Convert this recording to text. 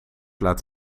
laat